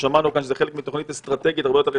ששמענו כאן שזה חלק מתוכנית אסטרטגית הרבה יותר רחבה,